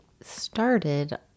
started